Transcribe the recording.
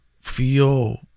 Feel